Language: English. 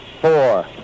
four